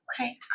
Okay